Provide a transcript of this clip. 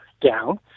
down